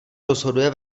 rozhoduje